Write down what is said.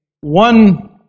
one